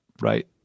Right